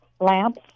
lamps